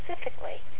specifically